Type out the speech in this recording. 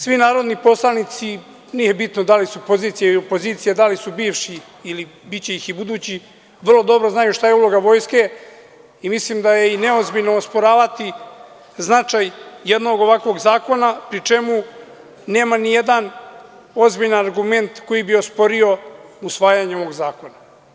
Svi narodni poslanici, nije bitno da li su pozicija ili opozicija, da li su bivši, biće i budućih, vrlo dobro znaju šta je uloga vojske i mislim da je i neozbiljno osporavati značaj jednog ovakvog zakona, pri čemu nema nijedan ozbiljan argument koji bi osporio usvajanje ovog zakona.